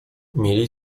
mieli